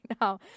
now